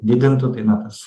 didintų tai na tas